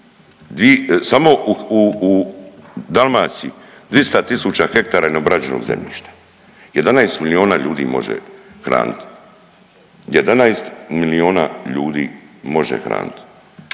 samo u Dalmaciji dvista tisuća hektara neobrađenog zemljišta, 11 milijuna ljudi može hraniti.